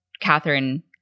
Catherine